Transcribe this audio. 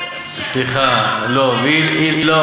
זה לא עניין אישי,